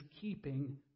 keeping